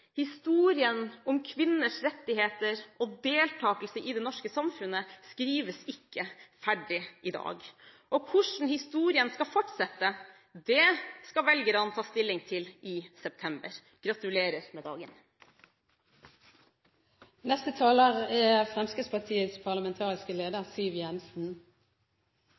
historien om kvinners rettigheter og deltakelse i det norske samfunnet skrives ikke ferdig i dag. Hvordan historien skal fortsette, skal velgerne ta stilling til i september. Gratulerer med